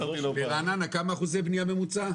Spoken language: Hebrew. ברעננה, כמה אחוזי בנייה ממוצע?